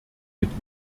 mit